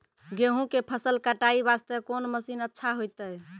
गेहूँ के फसल कटाई वास्ते कोंन मसीन अच्छा होइतै?